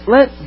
Let